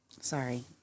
Sorry